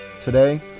Today